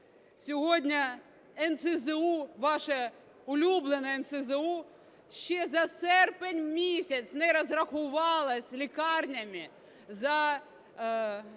Сьогодні НСЗУ, ваше улюблене НСЗУ, ще за серпень місяць не розрахувалося з лікарнями за